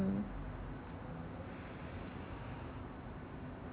mm